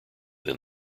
than